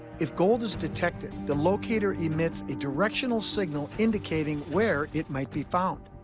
if gold is detected, the locator emits a directional signal, indicating where it might be found.